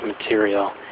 material